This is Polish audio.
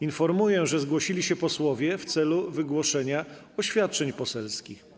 Informuję, że zgłosili się posłowie w celu wygłoszenia oświadczeń poselskich.